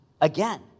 Again